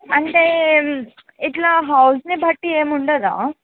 అంటే ఇట్లా హౌస్ని బట్టి ఏముండదా